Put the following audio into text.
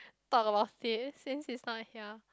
talk about this since he is not here